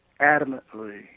adamantly